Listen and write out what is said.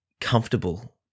comfortable